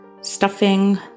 stuffing